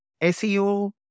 SEO